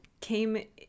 came